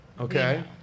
okay